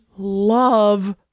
love